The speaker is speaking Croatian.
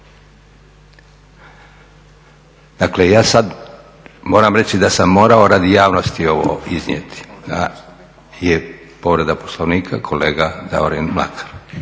Dakle ja sad moram reći da sam morao radi javnosti ovo iznijeti. Povreda Poslovnika, kolega Davorin Mlakar.